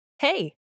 Hey